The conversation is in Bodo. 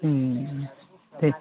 दे